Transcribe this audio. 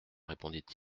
répondit